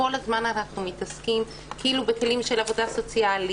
כל הזמן אנחנו מתעסקים כאילו בכלים של העבודה הסוציאלית,